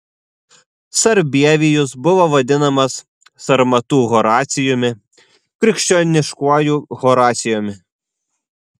sarbievijus buvo vadinamas sarmatų horacijumi krikščioniškuoju horacijumi